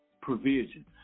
provision